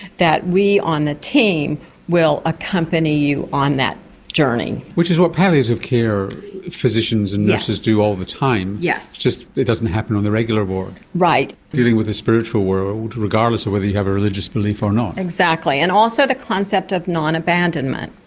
that we on the team will accompany you on that journey. which is what palliative care physicians and nurses do all the time, it's just it doesn't happen on the regular ward. yes, right. dealing with the spiritual world, regardless of whether you have a religious belief or not. exactly, and also the concept of non-abandonment.